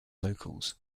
locals